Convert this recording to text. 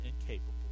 incapable